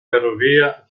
ferrovia